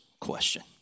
question